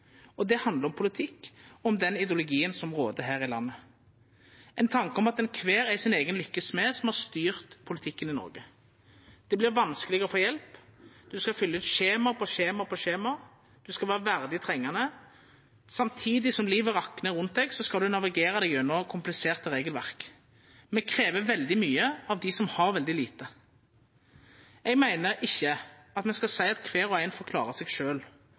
og det handlar om politikk, om den ideologien som råder her i landet, ein tanke om at kvar og ein er sin eigen lykkes smed som har styrt politikken i Noreg. Det vert vanskelegare å få hjelp. Ein skal fylla ut skjema på skjema, ein skal vera verdig trengande. Samtidig som livet raknar rundt ein, skal ein navigera seg gjennom kompliserte regelverk. Me krev veldig mykje av dei som har veldig lite. Eg meiner ikkje at me skal seia at kvar og ein får klara seg